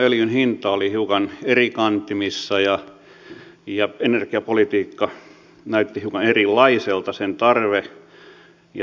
öljyn hinta oli hiukan eri kantimissa ja energiapolitiikka näytti hiukan erilaiselta sen tarve ja saatavuuskin